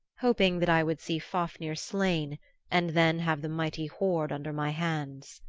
hoping that i would see fafnir slain and then have the mighty hoard under my hands.